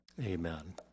Amen